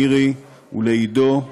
מירי, ועידו.